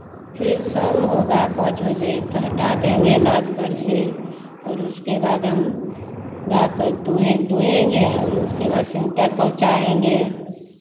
फिर शाम होगा पाँच बजे तो हटा देंगे नाद पर से और उसके बाद हम गाय काे दूहे दूहेंगे और उसके बाद सेंटर पहुचाएँगे